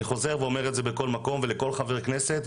אני חוזר ואומר את זה בכל מקום ולכל חבר כנסת,